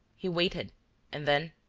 he waited and then,